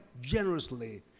generously